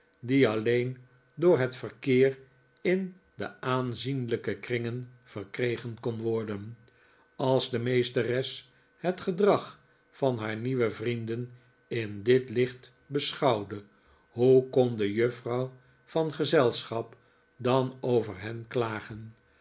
die alleen door het verkeer in de aanzienlijke kringen verkregen kon worden als de meesteres het gedrag van haar nieuwe vrienden in dit licht beschouwde hoe kon de juffrouw van gezelschap dan over hen klagen